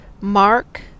Mark